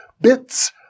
Bits